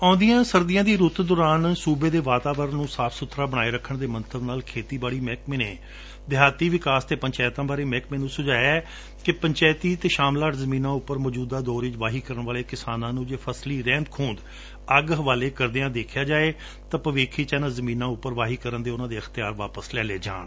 ਆਉਦੀਆ ਸਰਦੀਆ ਦੌਰਾਨ ਸੁਬੇ ਦੇ ਵਾਤਾਵਰਨ ਨੂੰ ਸਾਫ ਸੁਬਰਾ ਬਣਾਏ ਰੱਖਣ ਦੇ ਮੰਤਵ ਨਾਲ਼ ਖੇਤੀ ਬਾੜੀ ਮਹਿਕਮੇ ਦੇ ਦੇਹਾਡੀ ਵਿਕਾਸ ਅਤੇ ਪੰਚਾਇਤਾਂ ਬਾਰੇ ਮਹਿਕਮੇ ਨੂੰ ਸੁਝਾਇਐ ਕਿ ਪੰਚਾਇਤੀ ਤੇ ਸ਼ਾਮਲਾਤ ਜਮੀਨ ਉੱਪਰ ਮੋਜੁਦਾ ਦੌਰ ਵਿੱਚ ਵਾਹੀ ਕਰਣ ਵਾਲੇ ਕਿਸਾਨਾਂ ਨੂੰ ਜੇ ਫਸਲੀ ਰਹਿੰਦ ਖੁਰੰਦ ਅੰਗ ਹਵਾਲੇ ਕਰਦਿਆਂ ਦੇਖਿਆ ਜਾਵੇ ਤਾਂ ਭਵਿੱਖ ਵਿੱਚ ਇਨੂਾਂ ਜਮੀਨਾਂ ਉੱਪਰ ਵਾਹੀ ਕਰਣ ਦੇ ਉਨਾਂ ਦੇ ਅਖਤਿਆਰ ਵਾਪਸ ਲੈ ਲਏ ਜਾਣ